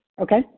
Okay